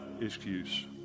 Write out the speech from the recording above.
excuse